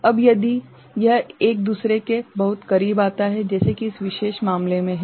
अब यदि यह एक दूसरे के बहुत करीब आता है जैसे की इस विशेष मामले मे है